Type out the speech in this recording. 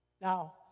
Now